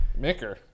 Micker